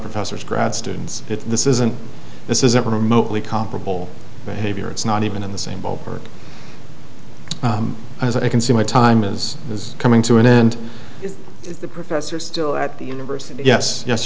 professor's grad students if this isn't this isn't remotely comparable behavior it's not even in the same ballpark as i can see my time is is coming to an end if the professor is still at the university yes yes